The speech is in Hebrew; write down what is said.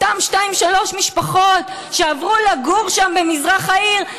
אותן שתיים-שלוש משפחות שעברו לגור שם במזרח העיר,